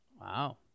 Wow